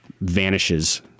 vanishes